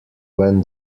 when